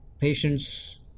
patients